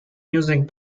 music